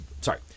Sorry